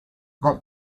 that